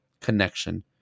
connection